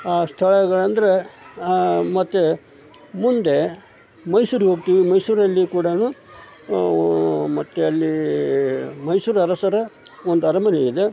ಆ ಸ್ಥಳಗಳಂದರೆ ಮತ್ತು ಮುಂದೆ ಮೈಸೂರಿಗೆ ಹೋಗ್ತೀವಿ ಮೈಸೂರಲ್ಲಿ ಕೂಡನೂ ಮತ್ತು ಅಲ್ಲಿ ಮೈಸೂರು ಅರಸರ ಒಂದು ಅರಮನೆ ಇದೆ